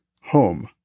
home